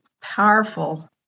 powerful